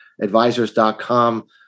advisors.com